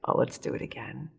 ah let's do it again.